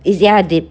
easier